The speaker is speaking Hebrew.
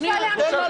אני רוצה להמשיך.